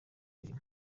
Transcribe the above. mirimo